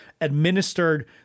administered